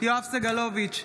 יואב סגלוביץ'